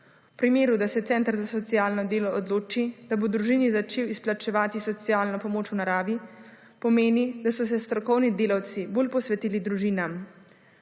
V primeru, da se Center za socialno delo odloči, da bo družini začel izplačevati socialno pomoč v naravi pomeni, da so se strokovni delavci bolj posvetili družinam.